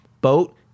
Boat